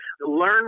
learn